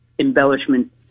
embellishment